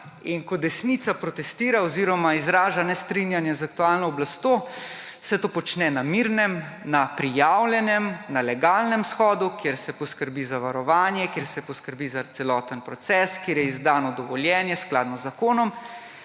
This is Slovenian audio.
ko desnica protestira oziroma izraža nestrinjanje z aktualno oblastjo, se to počne na mirnem, na prijavljenem, na legalnem shodu, kjer se poskrbi za zavarovanje, kjer se poskrbi za celoten proces, kjer je izdano dovoljenje, skladno z zakonom,